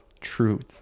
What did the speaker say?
truth